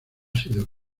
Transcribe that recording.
sido